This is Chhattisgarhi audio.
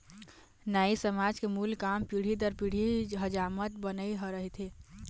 नाई समाज के मूल काम पीढ़ी दर पीढ़ी हजामत बनई ह रहिथे